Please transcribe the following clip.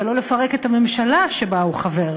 אבל לא לפרק את הממשלה שבה הוא חבר.